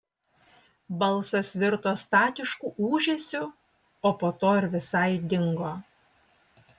balsas virto statišku ūžesiu o po to ir visai dingo